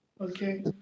Okay